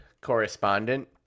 correspondent